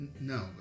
No